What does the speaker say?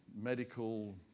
Medical